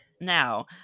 Now